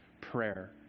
prayer